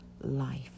life